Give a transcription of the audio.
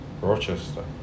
Rochester